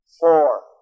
four